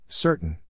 Certain